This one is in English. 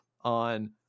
on